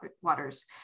waters